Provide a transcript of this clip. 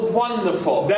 wonderful